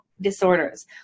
disorders